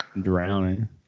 drowning